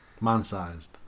man-sized